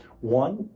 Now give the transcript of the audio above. One